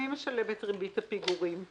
מי משלם את ריבית הפיגורים?